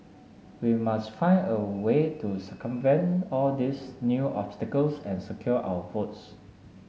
we must find a way to circumvent all these new obstacles and secure our votes